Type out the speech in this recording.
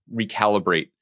recalibrate